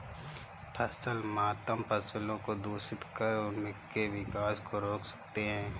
फसल मातम फसलों को दूषित कर उनके विकास को रोक सकते हैं